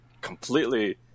completely